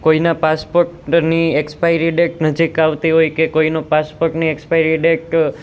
કોઈના પાસપોર્ટની expiry date નજીક આવતી હોય કે કોઈનું પાસપોર્ટની એક્સપાઇરી ડેટ